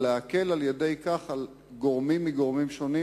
ולהקל על-ידי כך על גורמים מגורמים שונים.